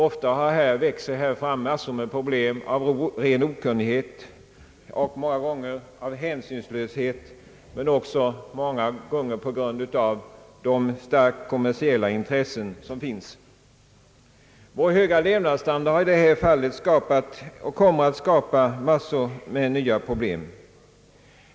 Ofta växer här fram problem av ren okunnighet, många gånger av hänsynslöshet, men många gånger också på grund av de starkt kommersiella intressen som finns i bakgrunden. Vår höga levnadsstandard har i det här fallet skapat och kommer att skapa massor av nya problem.